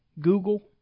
Google